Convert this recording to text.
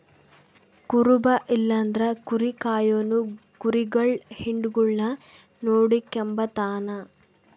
ಕುರುಬ ಇಲ್ಲಂದ್ರ ಕುರಿ ಕಾಯೋನು ಕುರಿಗುಳ್ ಹಿಂಡುಗುಳ್ನ ನೋಡಿಕೆಂಬತಾನ